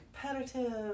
competitive